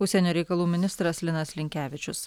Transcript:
užsienio reikalų ministras linas linkevičius